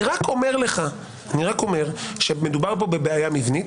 אני רק אומר שמדובר פה בבעיה מבנית,